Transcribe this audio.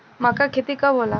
मक्का के खेती कब होला?